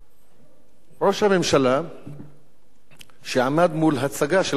ראש הממשלה עמד מול הצגה של כמה מחבריו,